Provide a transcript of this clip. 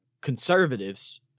conservatives